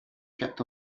checked